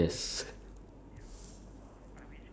most of my expenses goes to food